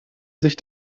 sich